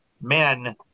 men